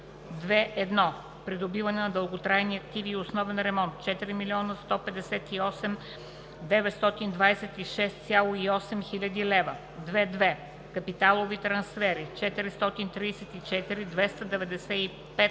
2.1. Придобиване на дълготрайни активи и основен ремонт 4 158 926,8 хил. лв. 2.2. Капиталови трансфери 434 295,9